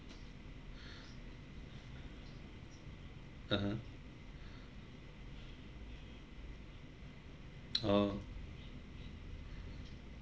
(uh huh) oh